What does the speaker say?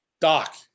Doc